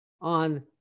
on